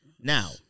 Now